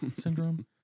syndrome